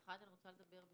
אחד, אני רוצה לדבר על